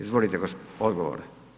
Izvolite odgovor.